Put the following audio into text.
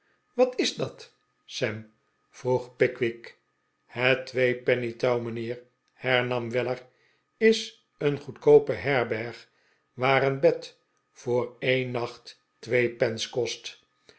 wat is dat sam vroeg pickwick het twee penny touw mijnheer hernam weller is een gbedkoope herberg waar een bed voor een nacht twee pence kost